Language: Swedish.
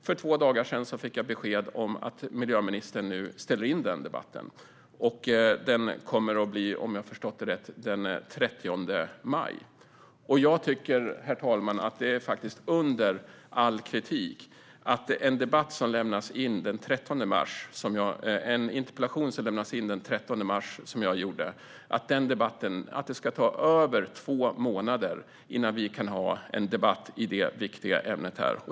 För två dagar sedan fick jag dock besked om att miljöministern hade ställt in debatten, som nu i stället ska äga rum den 30 maj, om jag har förstått det rätt, Herr talman! Jag lämnade in min interpellation den 13 mars. Jag tycker att det är under all kritik att det tar över två månader innan vi kan ha en debatt i detta viktiga ämne.